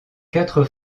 quatre